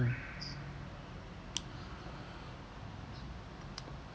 mm